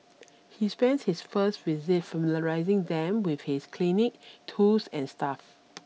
he spends their first visit familiarising them with his clinic tools and staff